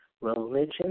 religion